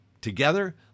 Together